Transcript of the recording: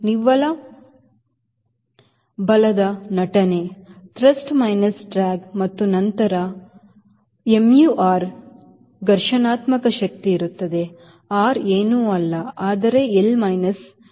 ನಿವ್ವಳ ಬಲದ ನಟನೆ ಥ್ರಸ್ಟ್ ಮೈನಸ್ ಡ್ರ್ಯಾಗ್ ಮತ್ತು ನಂತರ ಮತ್ತು mu R ಘರ್ಷಣಾತ್ಮಕ ಶಕ್ತಿ ಇರುತ್ತದೆ R ಏನೂ ಅಲ್ಲ ಆದರೆ L minus W